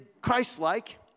Christ-like